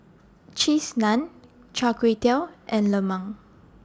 Cheese Naan Char Kway Teow and Lemang